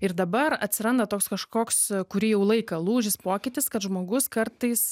ir dabar atsiranda toks kažkoks kurį jau laiką lūžis pokytis kad žmogus kartais